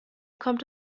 kommt